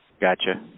Gotcha